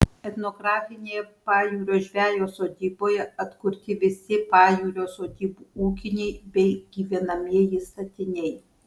etnografinėje pajūrio žvejo sodyboje atkurti visi pajūrio sodybų ūkiniai bei gyvenamieji statiniai